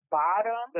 bottom